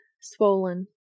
swollen